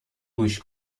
گوش